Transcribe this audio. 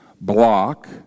block